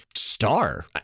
star